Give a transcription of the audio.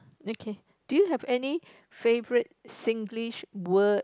okay do you have any favorite Singlish word